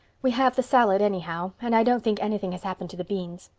we have the salad anyhow and i don't think anything has happened to the beans.